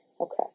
Okay